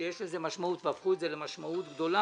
שיש לזה משמעות והפכו את זה למשמעות גדולה,